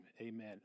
amen